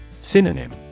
Synonym